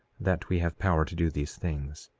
that we have power to do these things.